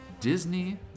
Disney